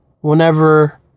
Whenever